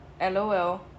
LOL